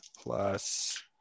plus